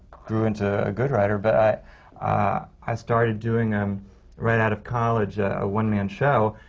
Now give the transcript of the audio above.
grew into a good writer. but i i started doing, um right out of college, a one-man show,